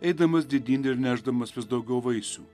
eidamas didyn ir nešdamas vis daugiau vaisių